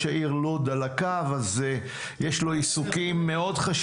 ראש העיר לוד איתנו על הקו ויש לו זמן קצר מאוד,